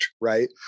right